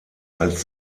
als